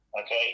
Okay